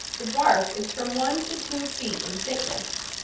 the bark is from one to two feet in thickness,